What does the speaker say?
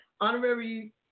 honorary